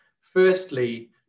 firstly